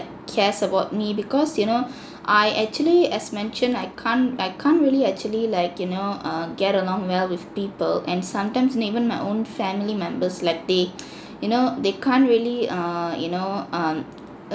cares about me because you know I actually as mentioned I can't I can't really actually like you know err get along well with people and sometimes and even my own family members like they you know they can't really err you know um